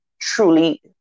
truly